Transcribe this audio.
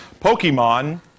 Pokemon